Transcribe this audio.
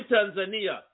Tanzania